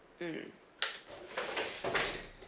mm